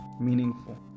meaningful